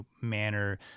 manner